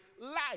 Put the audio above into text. life